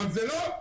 אבל זה לא.